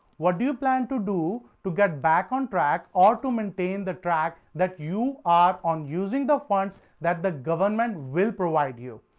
what do you plan to do to get back on track or to maintain the track that you are on using the funds that the government will provide you,